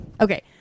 Okay